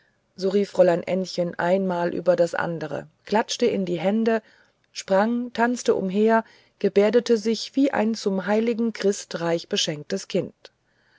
rief fräulein ännchen ein mal über das andere klatschte in die hände sprang tanzte umher gebärdete sich wie ein zum heiligen christ reich beschenktes kind